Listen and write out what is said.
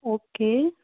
okay